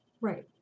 Right